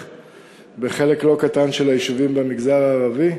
בחלק לא קטן של היישובים במגזר הערבי,